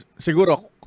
Siguro